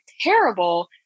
terrible